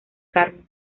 carmen